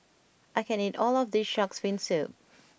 I can't eat all of this Shark's Fin Soup